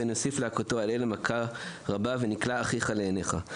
פן יוסיף להכותו על אלה מכה רבה ונקלה אחיך לעיניך".